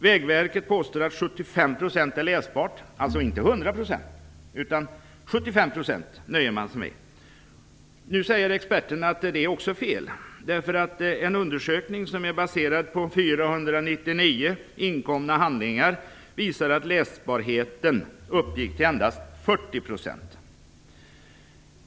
Vägverket påstår att 75 % är läsbart - alltså inte 100 %, utan man nöjer sig med 75 %. Nu säger experterna att det också är fel. En undersökning som är baserad på 499 inkomna handlingar visar att läsbarheten uppgick till endast 40 %.